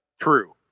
True